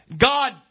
God